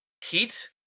heat